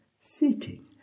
sitting